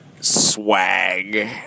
swag